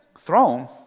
Throne